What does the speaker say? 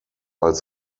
als